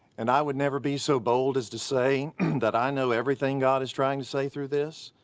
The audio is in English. and i would never be so bold as to say that i know everything god is trying to say through this.